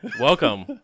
Welcome